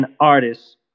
artists